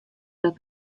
dat